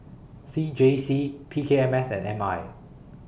C J C P K M S and M I